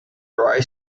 dry